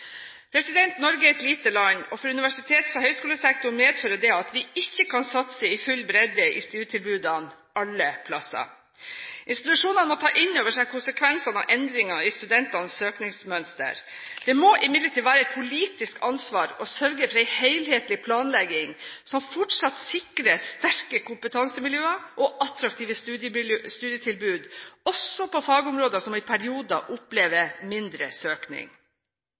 Norge er et lite land. For universitets- og høyskolesektoren medfører det at vi ikke kan satse i full bredde i studietilbudene alle steder. Institusjonene må ta inn over seg konsekvensene av endringene i studentenes søkningsmønster. Det må imidlertid være et politisk ansvar å sørge for en helhetlig planlegging som fortsatt sikrer sterke kompetansemiljøer og attraktive studietilbud, også på fagområder som i perioder opplever mindre søkning.